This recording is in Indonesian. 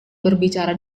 berbicara